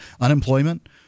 unemployment